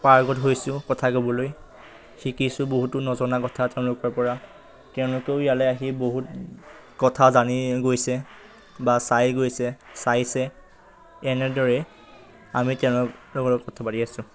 পাৰ্গত হৈছোঁ কথা ক'বলৈ শিকিছোঁ বহুতো নজনা কথা তেওঁলোকৰপৰা তেওঁলোকেও ইয়ালৈ আহি বহুত কথা জানি গৈছে বা চাই গৈছে চাইছে এনেদৰে আমি তেওঁলোকৰ লগত কথা পাতি আছো